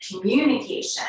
communication